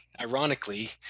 ironically